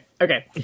okay